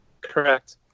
Correct